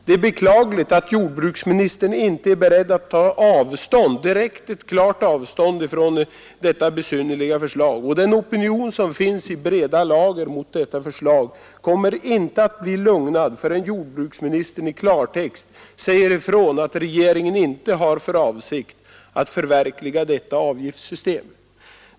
Det är beklagligt att jordbruksministern inte är beredd att ta ett klart avstånd från detta besynnerliga förslag. Den opinion som finns i breda lager mot detta förslag kommer inte att bli lugnad förrän jordbruksministern i klartext säger ifrån att regeringen inte har för avsikt att förverkliga detta avgiftssystem.